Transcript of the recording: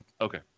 Okay